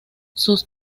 sus